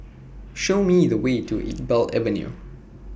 Show Me The Way to Iqbal Avenue